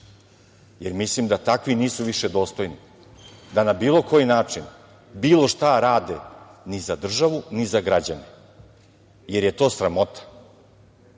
jer mislim da takvi nisu više dostojni da na bilo koji način bilo šta rade ni za državu, ni za građane, jer je to sramota. Velika